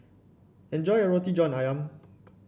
enjoy your Roti John ayam